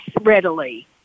readily